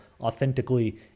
authentically